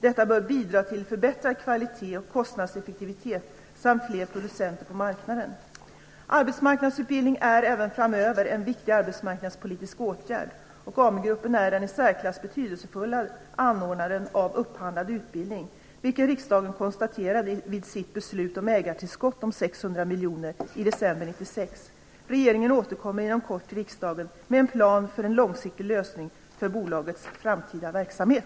Detta bör bidra till förbättrad kvalitet och kostnadseffektivitet samt till fler producenter på marknaden. Arbetsmarknadsutbildning är även framöver en viktig arbetsmarknadspolitisk åtgärd, och AMU gruppen är den i särsklass mest betydelsefulla anordnaren av upphandlad utbildning, vilket riksdagen konstaterade vid sitt beslut om ägartillskott på Regeringen återkommer inom kort till riksdagen med en plan för en långsiktig lösning för bolagets framtida verksamhet.